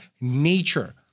nature